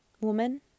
woman